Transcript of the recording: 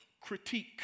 critique